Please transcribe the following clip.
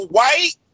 White